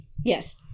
Yes